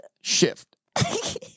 shift